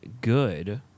good